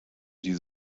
die